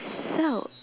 so